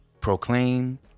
proclaim